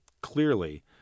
Clearly